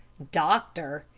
doctor!